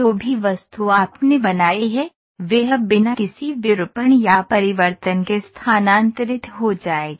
जो भी वस्तु आपने बनाई है वह बिना किसी विरूपण या परिवर्तन के स्थानांतरित हो जाएगी